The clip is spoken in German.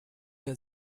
der